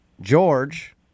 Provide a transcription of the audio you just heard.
George